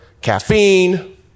caffeine